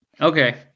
Okay